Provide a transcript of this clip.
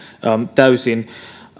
täysin